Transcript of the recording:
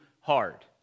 hard